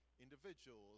individuals